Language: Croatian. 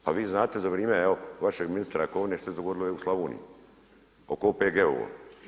Pa vi znate za vrijeme evo vašeg ministra Jakovine što se dogodilo u Slavoniji oko OPG-ova?